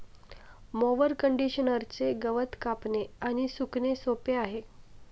mower कंडिशनरचे गवत कापणे आणि सुकणे सोपे आहे